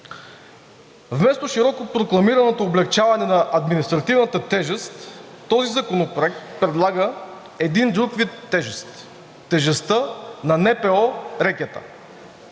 Вместо широко прокламираното облекчаване на административната тежест този законопроект предлага един друг вид тежест – тежестта на НПО рекета.